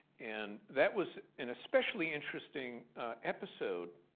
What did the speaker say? and that was an especially interesting episode